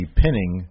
pinning